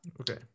okay